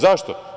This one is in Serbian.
Zašto?